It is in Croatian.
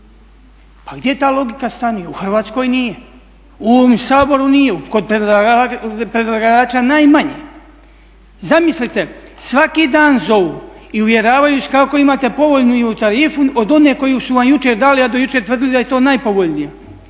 Pa gdje ta logika stanuje? U Hrvatskoj nije, u ovom Saboru nije, kod predlagača najmanje. Zamislite svaki dan zovu i uvjeravaju vas kako imate povoljnu tarifu od one koju sam jučer dali, a do jučer tvrdili da je to najpovoljnija